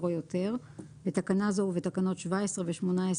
או יותר (בתקנה זו ובתקנות 17 ו-18,